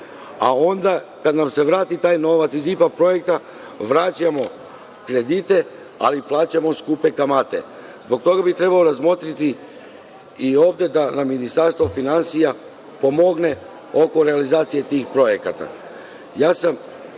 a onda kad nam se vrati taj novac iz IPA projekta, vraćamo kredite, ali plaćamo skupe kamate. Zbog toga bi trebalo razmotriti i ovde da nam Ministarstvo finansija pomogne oko realizacije tih projekata.